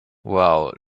wow